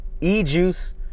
e-juice